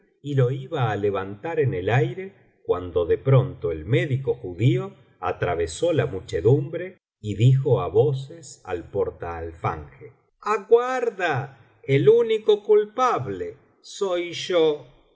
y lo iba á levantar en el aire cuando de pronto el médico judío atravesó la muchedumbre y dijo á voces al portaalfanje aguarda el único culpable soy yo